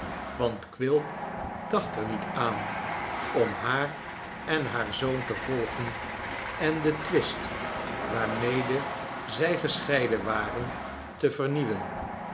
want quilp dacht er niet aan om haar en haar zoon te volgen en den twist waarmede zij gescheiden waren te vernieuwen